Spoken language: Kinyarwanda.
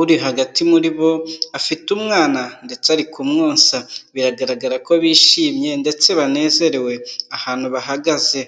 uri hagati muri bo afite umwana ndetse ari kumwonsa, biragaragara ko bishimye ndetse banezerewe, ahantu bahagaze.